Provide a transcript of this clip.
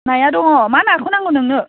नाया दङ मा नाखौ नांगौ नोंनो